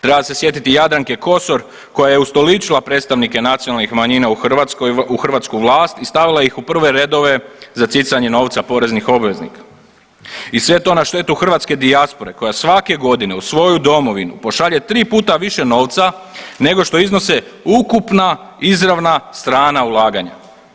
Treba se sjetiti i Jadranke Kosor koja je ustoličila predstavnike nacionalnih manjina u Hrvatskoj, u hrvatsku vlast i stavila ih u prve redove za cicanje novca poreznih obveznika i sve to na štetu hrvatske dijaspore koja svake godine u svoju domovinu pošalje tri puta više novca nego što iznose ukupna izravna strana ulaganja.